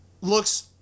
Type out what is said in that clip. looks